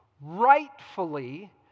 rightfully